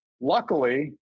Luckily